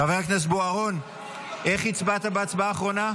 חבר הכנסת בוארון, איך הצבעת בהצבעה האחרונה?